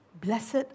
Blessed